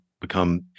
become